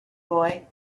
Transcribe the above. boy